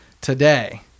today